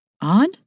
odd